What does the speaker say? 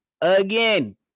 again